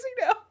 now